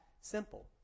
simple